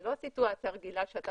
זאת לא סיטואציה רגילה שאתה מתקשר.